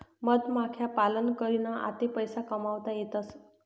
मधमाख्या पालन करीन आते पैसा कमावता येतसं